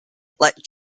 let